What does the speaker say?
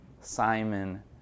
Simon